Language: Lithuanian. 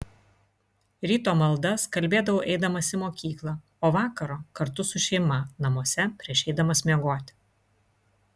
ryto maldas kalbėdavau eidamas į mokyklą o vakaro kartu su šeima namuose prieš eidamas miegoti